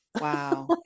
wow